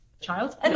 child